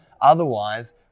Otherwise